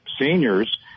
seniors